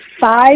five